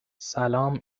سلام